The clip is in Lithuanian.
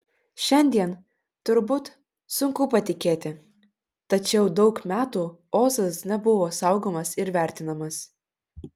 šiandien turbūt sunku patikėti tačiau daug metų ozas nebuvo saugomas ir vertinamas